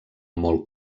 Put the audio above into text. molt